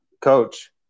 coach